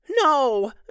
no